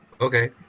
Okay